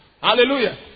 hallelujah